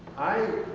i